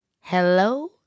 Hello